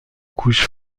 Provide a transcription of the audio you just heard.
couche